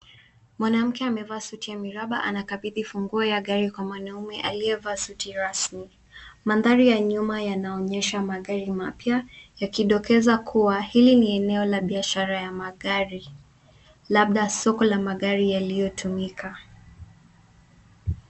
Mwanamke amevaa suti ya miraba anakabidhi funguo ya gari kwa mwanaume aliyevaa suti rasmi. Mandhari ya nyuma yanaonyesha magari mapya yakidokeza kuwa hili ni eneo la biashara ya magari labda soko la magari yaliyotumika.